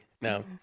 No